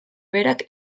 berak